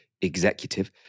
executive